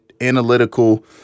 analytical